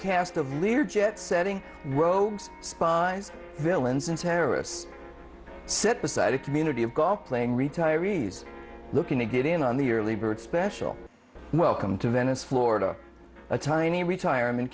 cast of lear jet setting spies villains and terrorists set aside a community of golf playing retirees looking to get in on the early bird special welcome to venice florida a tiny retirement